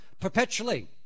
perpetually